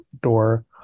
door